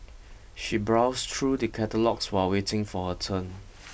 she browsed through the catalogues while waiting for her turn